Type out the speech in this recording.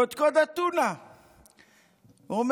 קודקוד אתונה --- בינתיים נגמרו האבנים.